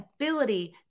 ability